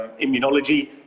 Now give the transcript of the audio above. immunology